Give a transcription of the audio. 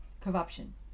corruption